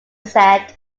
said